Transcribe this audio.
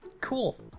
Cool